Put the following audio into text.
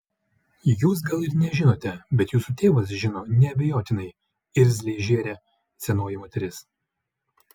jūs gal ir nežinote bet jūsų tėvas žino neabejotinai irzliai žėrė senoji moteris